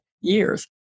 years